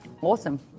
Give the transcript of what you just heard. awesome